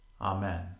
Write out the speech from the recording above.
Amen